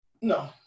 No